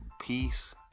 peace